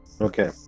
Okay